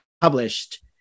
published